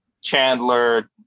chandler